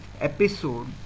episode